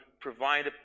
provide